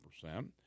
percent